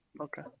Okay